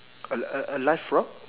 a a a live frog